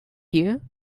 you